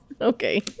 okay